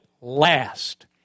last